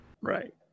Right